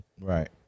Right